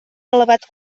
elevat